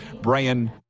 Brian